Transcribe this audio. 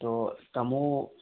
ꯑꯗꯣ ꯇꯥꯃꯣ